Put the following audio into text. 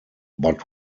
but